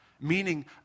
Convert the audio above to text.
Meaning